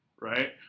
right